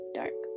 dark